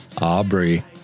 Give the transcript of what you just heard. Aubrey